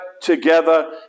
together